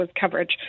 coverage